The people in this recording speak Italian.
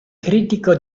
critico